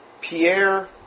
Pierre